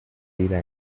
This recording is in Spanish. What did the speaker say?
vida